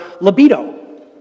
libido